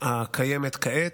הקיימת כעת,